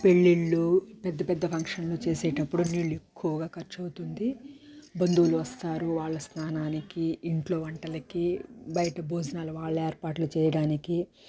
పెళ్లిళ్ళు పెద్దపెద్ద ఫంక్షన్లో చేసేటప్పుడు నీళ్ళు ఎక్కువగా ఖర్చు అవుతుంది బంధువులు వస్తారు వాళ్ళ స్నానానికి ఇంట్లో వంటలకి బయట భోజనాలు వాళ్ళ ఏర్పాటు చేయడానికి